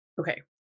Okay